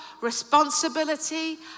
responsibility